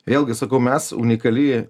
vėlgi sakau mes unikali